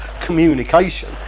communication